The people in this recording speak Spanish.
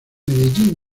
medellín